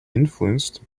influenced